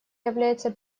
является